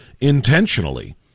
intentionally